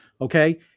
Okay